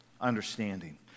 understanding